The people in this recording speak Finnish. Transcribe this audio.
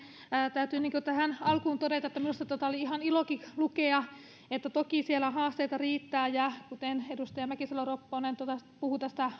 täytyy tähän alkuun todeta että minusta tuota oli ihan ilokin lukea toki siellä haasteita riittää ja kuten edustaja mäkisalo ropponen totesi puhui tästä